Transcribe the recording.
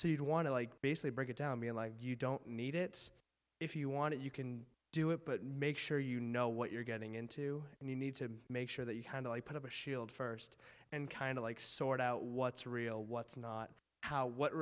so you don't want to like basically break it down be like you don't need it if you want to you can do it but make sure you know what you're getting into and you need to make sure that you kind of put up a shield first and kind of like sort out what's real what's not how what